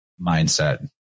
mindset